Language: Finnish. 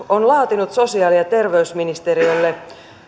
on laatinut sosiaali ja terveysministeriölle